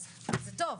אז זה טוב,